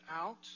out